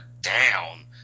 down